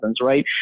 right